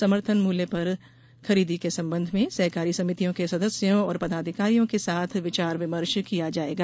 समर्थन मूल्य पर खरीदी के संबंध में सहकारी समितियों के सदस्यों और पदाधिकारियों के साथ विचार विमर्श किया जायेगा